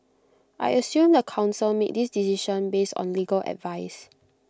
I assume the Council made this decision based on legal advice